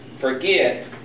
forget